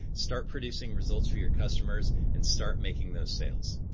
start producing results for your customers, and start making those sales.